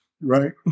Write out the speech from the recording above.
right